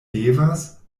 devas